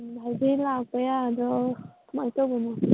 ꯍꯧꯖꯤꯛ ꯂꯥꯛꯄ ꯌꯥꯔꯗ꯭ꯔꯣ ꯀꯃꯥꯏꯅ ꯇꯧꯕꯅꯣ